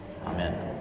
Amen